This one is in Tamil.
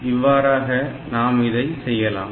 இவ்வாறாக நாம் இதை செய்யலாம்